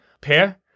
pair